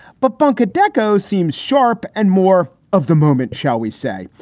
but bunker decco seems sharp and more of the moment, shall we say.